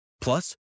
Plus